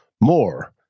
more